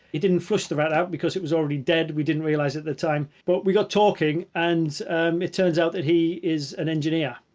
he didn't flush the rat out because it was already dead we didn't realize at the time but we got talking and it turns out that he is an engineer.